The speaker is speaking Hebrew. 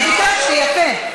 אני ביקשתי יפה.